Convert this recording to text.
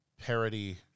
Parody